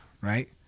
right